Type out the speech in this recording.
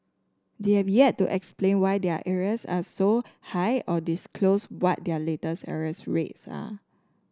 they have yet to explain why their arrears are so high or disclose what their latest arrears rates are